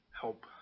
help